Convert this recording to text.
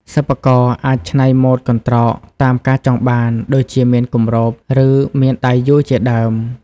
សិប្បករអាចច្នៃម៉ូដកន្ត្រកតាមការចង់បាន ដូចជាមានគម្រប ឬមានដៃយួរជាដើម។